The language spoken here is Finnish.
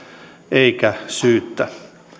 eivätkä syyttä